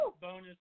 bonus